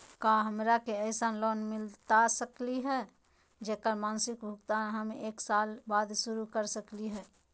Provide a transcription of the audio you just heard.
का हमरा के ऐसन लोन मिलता सकली है, जेकर मासिक भुगतान हम एक साल बाद शुरू कर सकली हई?